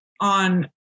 on